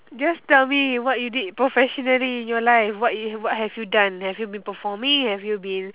just tell me what you did professionally in your life what you have what have you done have you been performing have you been